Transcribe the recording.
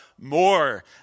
more